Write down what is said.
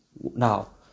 Now